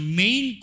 main